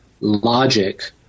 logic